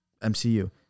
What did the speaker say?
MCU